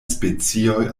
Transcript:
specioj